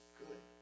good